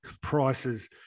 prices